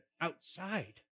outside